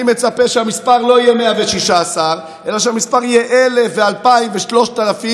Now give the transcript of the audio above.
אני מצפה שהמספר לא יהיה 116 אלא שהמספר יהיה 1,000 ו-2,000 ו-3,000.